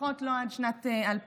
לפחות לא עד שנת 2025,